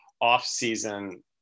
off-season